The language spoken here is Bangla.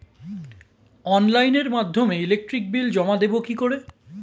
অনলাইনের মাধ্যমে ইলেকট্রিক বিল জমা দেবো কি করে?